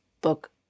book